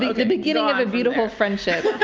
the beginning of a beautiful friendship.